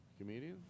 comedian